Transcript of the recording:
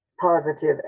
positive